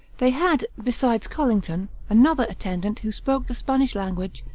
they had, besides collington, another attendant who spoke the spanish language,